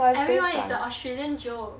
everyone it's an australian joke